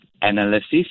analysis